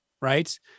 right